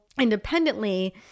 independently